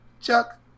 Chuck